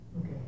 Okay